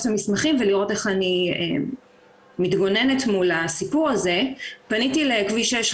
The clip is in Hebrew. אם זה היה אפליקציה שהיית צריך עכשיו לעשות שיתוף פעולה בין פנגו לוויז,